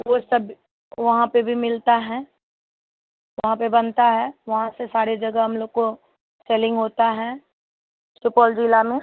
वह सब वहाँ पर भी मिलता है वहाँ पर बनता है वहाँ से सारे जगह हम लोग को सेलिंग होता है सुपौल ज़िले में